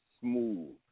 smooth